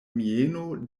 mieno